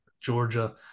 Georgia